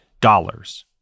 Dollars